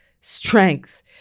strength